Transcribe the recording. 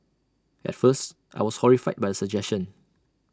at first I was horrified by the suggestion